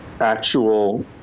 actual